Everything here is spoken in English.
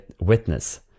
witness